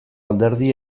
alderdi